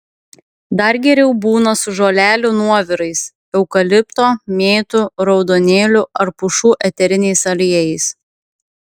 dar geriau būna su žolelių nuovirais eukalipto mėtų raudonėlių ar pušų eteriniais aliejais